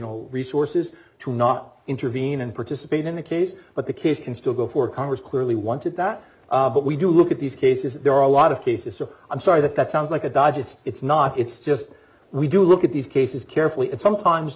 know resources to not intervene and participate in a case but the case can still go for congress clearly wanted that but we do look at these cases there are a lot of cases so i'm sorry that that sounds like a dodge it's not it's just we do look at these cases carefully and sometimes